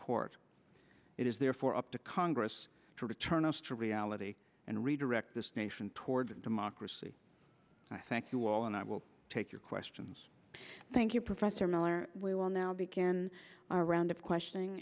court it is therefore up to congress to return us to reality and redirect this nation toward democracy i thank you all and i will take your questions thank you professor miller we will now begin our round of questioning